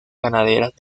ganaderas